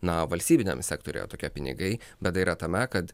na valstybiniam sektoriuje tokie pinigai bet tai yra tame kad